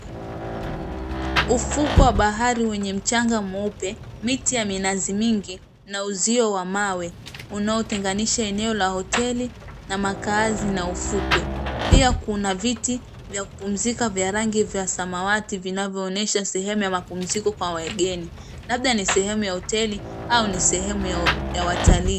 Ufukwe wa bahari wenye mchanga mweupe, miti ya minazi mingi na uzio wa mawe unaotenganisha eneo ya hoteli na makaazi na ufukwe. Pia kuna viti vya kupumzika vya rangi vya samawati vinavyoonyesha sehemu ya mapumziko kwa wageni. Labda ni sehemu ya hoteli au ni sehemu ya watalii.